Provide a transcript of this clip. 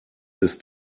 ist